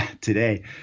today